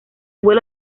vuelo